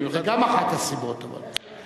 במיוחד, זו גם אחת הסיבות, אבל.